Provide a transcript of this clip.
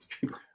people